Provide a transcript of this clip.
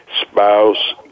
spouse